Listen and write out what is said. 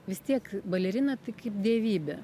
vis tiek balerina tai kaip dievybė